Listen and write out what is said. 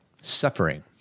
suffering